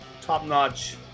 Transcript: top-notch